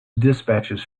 dispatches